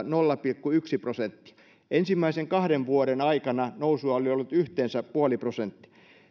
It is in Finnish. nolla pilkku yksi prosenttia ensimmäisen kahden vuoden aikana nousua oli ollut yhteensä puoli prosenttia